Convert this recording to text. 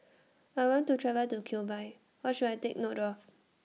I want to travel to Cuba What should I Take note of